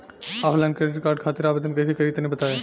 Offline credit card खातिर आवेदन कइसे करि तनि बताई?